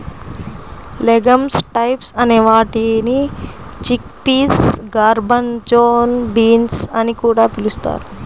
legumes types అనే వాటిని chickpeas, garbanzo beans అని కూడా పిలుస్తారు